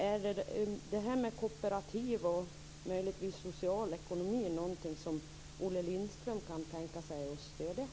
Är det här med kooperativ och möjligtvis socialekonomin någonting som Olle Lindström kan tänka sig att stödja?